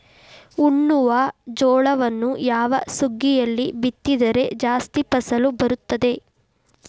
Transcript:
ಉಣ್ಣುವ ಜೋಳವನ್ನು ಯಾವ ಸುಗ್ಗಿಯಲ್ಲಿ ಬಿತ್ತಿದರೆ ಜಾಸ್ತಿ ಫಸಲು ಬರುತ್ತದೆ?